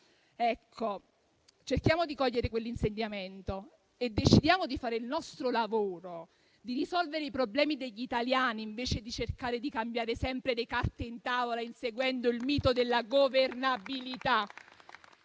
Cerchiamo di cogliere quell'insegnamento e decidiamo di fare il nostro lavoro, di risolvere i problemi degli italiani, invece di cercare di cambiare sempre le carte in tavola, inseguendo il mito della governabilità